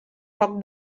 foc